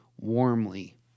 warmly